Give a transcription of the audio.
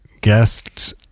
guests